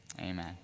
Amen